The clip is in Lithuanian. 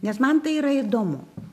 nes man tai yra įdomu